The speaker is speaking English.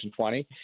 2020